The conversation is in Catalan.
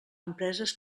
empreses